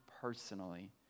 personally